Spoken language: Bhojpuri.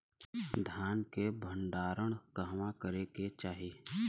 धान के भण्डारण कहवा करे के चाही?